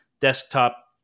desktop